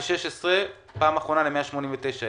ב-2016 זה השתנה בפעם האחרונה ל-189,000.